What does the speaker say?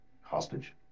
hostage